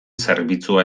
zerbitzua